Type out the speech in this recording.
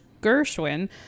Gershwin